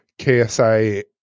KSI